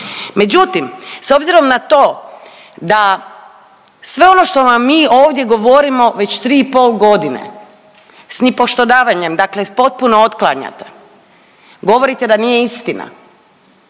Međutim, s obzirom na to da sve ono što vam mi ovdje govorimo već tri i pol godine s nipošto davanjem dakle potpuno otklanjate, govorite da nije istina.